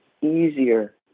easier